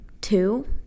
two